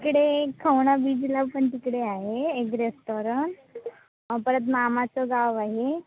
इकडे खवणा बीचला पण तिकडे आहे एक रेस्टॉरंट परत मामाचं गाव आहे